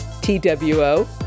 T-W-O